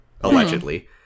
allegedly